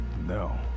No